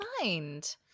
mind